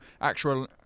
actual